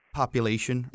population